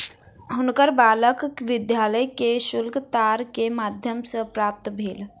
हुनकर बालकक विद्यालय के शुल्क तार के माध्यम सॅ प्राप्त भेल